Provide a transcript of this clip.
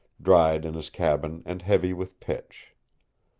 dried in his cabin and heavy with pitch.